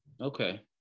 Okay